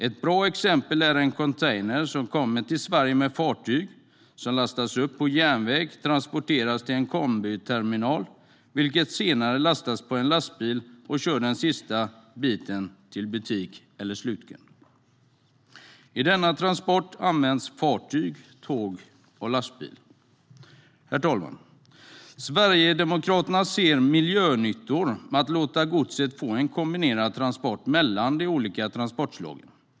Ett bra exempel är en container som kommer till Sverige med fartyg, lastas på järnväg och transporteras till en kombiterminal, där den senare lastas på lastbil och körs den sista biten till butik eller slutkund. I denna transport används fartyg, tåg och lastbil. Herr talman! Sverigedemokraterna ser miljönyttor i att låta godset få en kombinerad transport mellan de olika transportslagen.